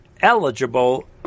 eligible